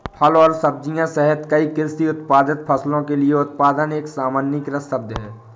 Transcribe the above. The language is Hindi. फल और सब्जियां सहित कई कृषि उत्पादित फसलों के लिए उत्पादन एक सामान्यीकृत शब्द है